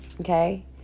okay